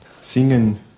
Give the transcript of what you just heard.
singen